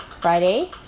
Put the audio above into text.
Friday